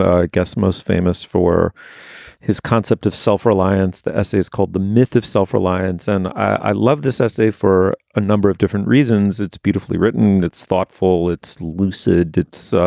i guess most famous for his concept of self-reliance. the essay is called the myth of self-reliance. and i love this essay for a number of different reasons it's beautifully written. it's thoughtful, it's lucid. it's